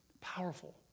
powerful